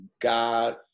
God